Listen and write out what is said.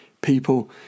people